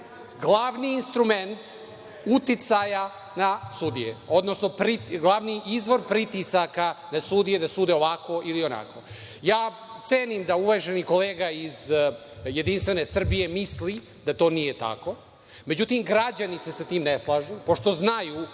glavni instrument uticaja na sudije, odnosno glavni izvor pritisaka na sudije da sude ovako ili onako. Cenim da uvaženi kolega iz JS misli da to nije tako, međutim građani se sa tim ne slažu pošto znaju